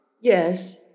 Yes